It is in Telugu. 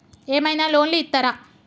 ఏమైనా లోన్లు ఇత్తరా?